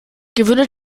gewöhne